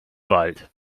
wald